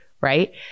right